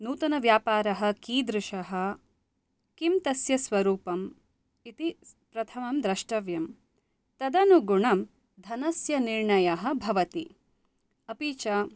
नूतनव्यापारः कीदृशः किं तस्य स्वरूपम् इति प्रथमं द्रष्टव्यं तदनुगुणं धनस्य निर्णयः भवति अपि च